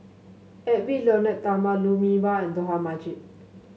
Edwy Lyonet Talma Lou Mee Wah and Dollah Majid